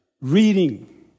Reading